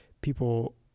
people